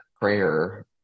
prayer